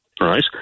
right